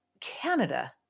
Canada